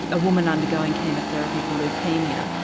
a woman undergoing chemotherapy for leukaemia,